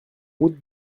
route